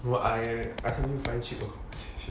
well I I couldn't find cheaper